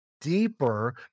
deeper